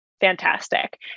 fantastic